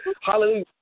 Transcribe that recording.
hallelujah